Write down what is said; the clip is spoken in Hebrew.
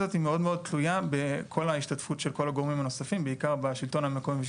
אנחנו בכוונה מכוונים את הדברים למקום הזה,